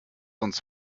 uns